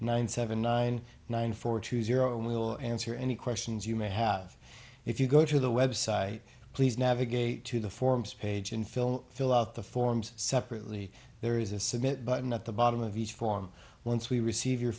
nine seven nine nine four two zero and we will answer any questions you may have if you go to the website please navigate to the forms page and fill fill out the forms separately there is a submit button at the bottom of each form once we receive your